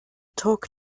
talk